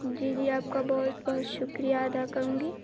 جی جی آپ کا بہت بہت شکریہ ادا کروں گی